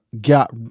got